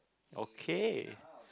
okay